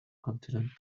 continent